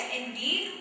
indeed